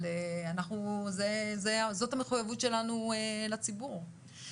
אבל זאת המחויבות שלנו לציבור.